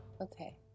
Okay